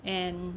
and